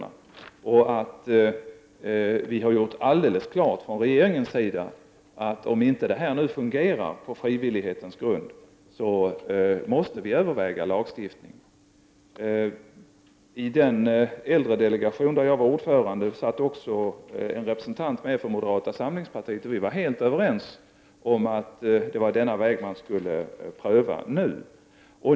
Regeringen har också gjort alldeles klart att vi, om detta inte fungerar på frivillighetens grund, måste överväga lagstiftning. I den äldredelegation där jag var ordförande satt också en representant för moderata samlingspartiet, och vi var helt överens om att detta var den väg man nu skulle pröva.